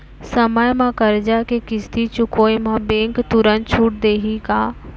समय म करजा के किस्ती चुकोय म बैंक तुरंत छूट देहि का?